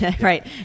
right